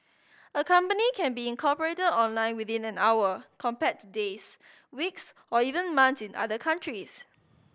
a company can be incorporated online within an hour compared to days weeks or even months in other countries